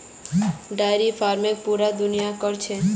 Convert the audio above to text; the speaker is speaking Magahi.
डेयरी फार्मिंग पूरा दुनियात क र छेक